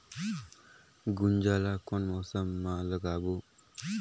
गुनजा ला कोन मौसम मा लगाबो?